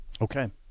Okay